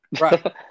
right